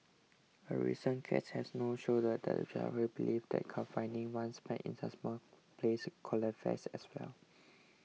a recent case has know shown that the judiciary believes that confining one's pet in that small place qualifies as well